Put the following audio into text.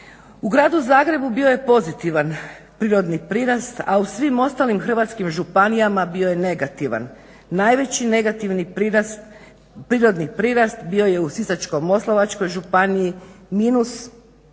U gradu Zagrebu bio je pozitivan prirodni prirast, a u svim ostalim hrvatskim županijama bio je negativan. Najveći negativni prirodni prirast bio je u Sisačko-moslavačkoj županiji minus 1,81.